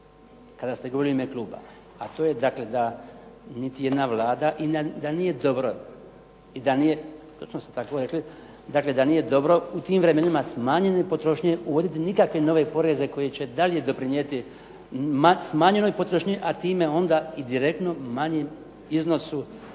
i da nije dobro, i da nije, točno ste tako rekli, dakle da nije dobro u tim vremenima smanjene potrošnje uvoditi nikakve nove poreze koji će dalje doprinijeti smanjenoj potrošnji, a time onda i direktno manjem iznosu